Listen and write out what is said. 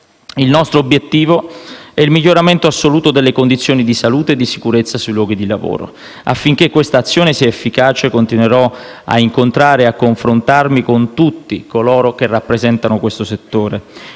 Il nostro obiettivo è il miglioramento assoluto delle condizioni di salute e di sicurezza sui luoghi di lavoro. Affinché questa azione sia efficace, continuerò a incontrare e a confrontarmi con tutti coloro che rappresentano questo settore.